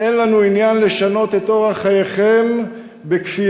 אין לנו עניין לשנות את אורח חייכם בכפייה.